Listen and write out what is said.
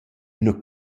üna